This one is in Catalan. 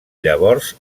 llavors